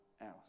else